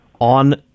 on